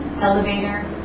elevator